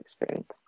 experience